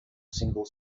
single